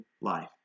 life